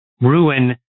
ruin